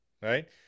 right